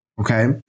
Okay